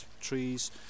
trees